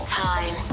time